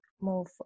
move